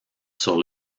sur